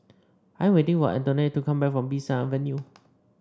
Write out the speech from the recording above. I waiting for Antonette to come back from Bee San Avenue